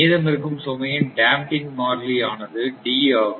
மீதமிருக்கும் சுமையின் டேம்பிங் மாறிலி ஆனது d ஆகும்